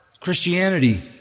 Christianity